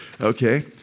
okay